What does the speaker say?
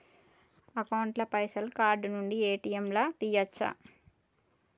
Account ల పైసల్ card నుండి ఏ.టి.ఎమ్ లా తియ్యచ్చా?